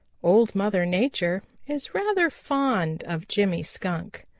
old mother nature is rather fond of jimmy skunk.